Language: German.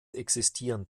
existieren